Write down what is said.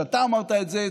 שאתה אמרת את זה,